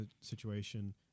situation